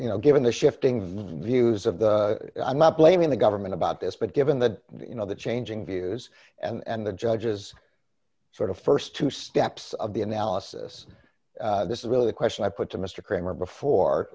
you know given the shifting views of the i'm not blaming the government about this but given that you know the changing views and the judge's sort of st two steps of the analysis this is really the question i put to mr kramer before